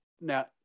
Now